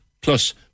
Plus